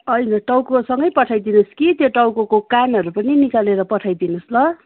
होइन टाउकोसँगै पठाइदिनु होस् कि त्यो टाउकोको कानहरू पनि निकालेर पठाइदिनु होस् ल